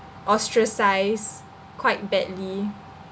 ostracised quite badly